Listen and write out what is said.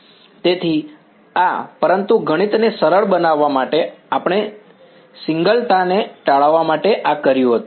તેથી આ પરંતુ ગણિતને સરળ બનાવવા માટે આપણે સિંગલ તા ટાળવા માટે આ કર્યું હતું